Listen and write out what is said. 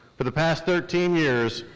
for the past thirteen years,